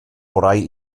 orau